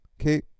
Okay